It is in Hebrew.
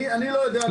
אני לא יודע.